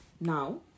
Now